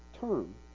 term